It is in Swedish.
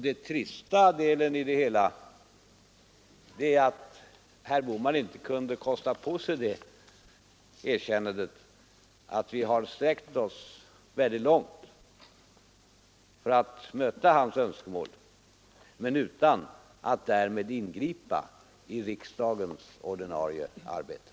Det trista i det hela är att herr Bohman inte kunde kosta på sig erkännandet att vi har sträckt oss väldigt långt för att möta hans önskemål utan att därmed ingripa i riksdagens ordinarie arbete.